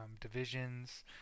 divisions